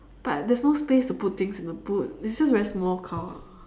but there's no space to put things in the boot it's just a very small car